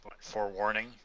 forewarning